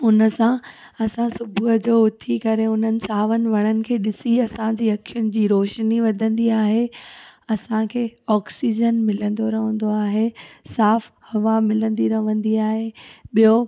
हुन सां असां सुबुह जो उथी करे हुननि सावन वणनि खे ॾिसी असांजी अखियुनि जी रोशनी वधंदी आहे असांखे ऑक्सीजन मिलंदो रहंदो आहे साफ़ हवा मिलंदी रवंदी आहे ॿियो